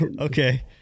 okay